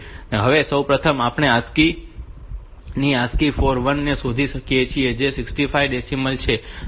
હવે સૌપ્રથમ આપણે ASCII ની ASCII 41 ને શોધીએ છીએ જે 65 ડેસીમલ છે